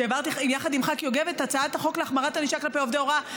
כשהעברתי יחד עם ח"כ יוגב את הצעת החוק להחמרת הענישה כלפי עובדי הוראה,